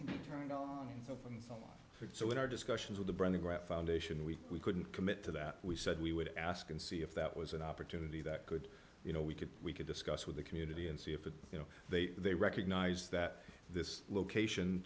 turned over so in our discussions with the brenda grant foundation week we couldn't commit to that we said we would ask and see if that was an opportunity that could you know we could we could discuss with the community and see if it you know they they recognize that this location